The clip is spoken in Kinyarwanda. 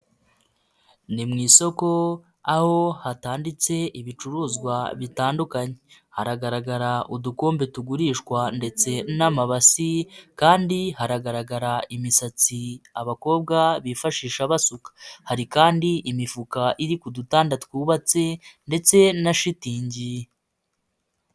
Ni mu isoko aho hatanditse ibicuruzwa bitandukanye hagaragara udukombe tugurishwa ndetse n'amabasi kandi hagaragara imisatsi abakobwa bifashisha basuka hari kandi imifuka iri ku dutanda twubatse ndetse na shitingi.